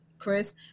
Chris